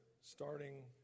Starting